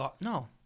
No